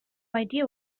idea